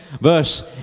verse